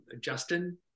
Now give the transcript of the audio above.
Justin